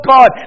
God